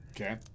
okay